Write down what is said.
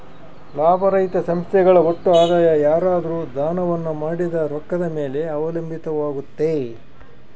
ಲಾಭರಹಿತ ಸಂಸ್ಥೆಗಳ ಒಟ್ಟು ಆದಾಯ ಯಾರಾದ್ರು ದಾನವನ್ನ ಮಾಡಿದ ರೊಕ್ಕದ ಮೇಲೆ ಅವಲಂಬಿತವಾಗುತ್ತೆ